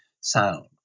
sound